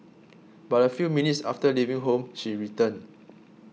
but a few minutes after leaving home she returned